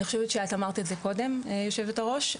את אמרת קודם יושבת הראש,